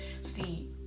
See